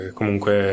comunque